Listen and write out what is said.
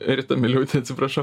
rita miliūtė atsiprašau